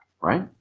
right